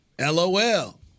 LOL